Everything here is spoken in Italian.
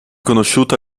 conosciuta